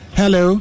hello